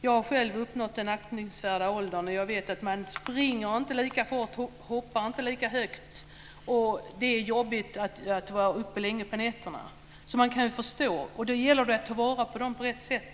Jag har själv uppnått den aktningsvärda åldern, och jag vet att man inte springer lika fort och inte hoppar lika högt. Det är också jobbigt att vara uppe länge på nätterna. Jag kan därför förstå detta. Och då gäller det att ta vara på dem på rätt sätt.